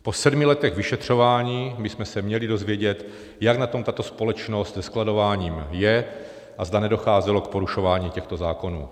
Po sedmi letech vyšetřování, bychom se měli dozvědět, jak na tom tato společnost se skladováním je a zda nedocházelo k porušování těchto zákonů.